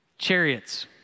Chariots